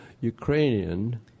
Ukrainian